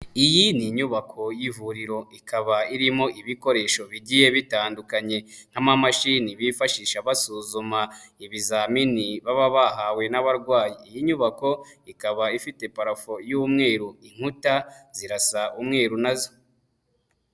Iyi ni inyubako y'ivuriro, ikaba irimo ibikoresho bigiye bitandukanye nk'amamashini bifashisha basuzuma ibizamini baba bahawe n'abarwayi. Iyi nyubako ikaba ifite parafo y'umweru, inkuta zirasa umweru nazo.